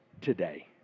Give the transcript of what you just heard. today